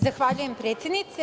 Zahvaljujem predsednice.